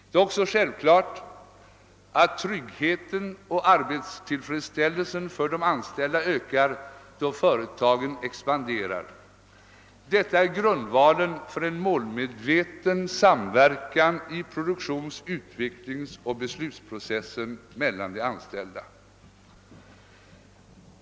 Det är också en självklarhet att tryggheten och arbetstillfredsställelsen för de anställda ökar då företagen expanderar. Detta är en grundval för en målmedveten samverkan i produktions-, utvecklingsoch beslutsprocesserna mellan de anställda.